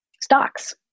stocks